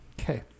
Okay